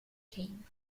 came